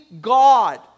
God